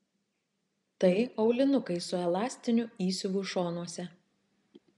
tai aulinukai su elastiniu įsiuvu šonuose